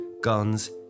guns